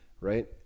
right